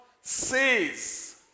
says